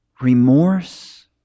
remorse